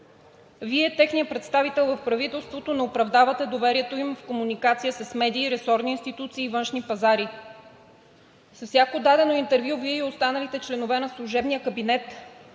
Вие, техният представител в правителството, не оправдавате доверието им в комуникация с медии, ресорни институции и външни пазари. С всяко дадено интервю Вие и останалите членове на служебния кабинет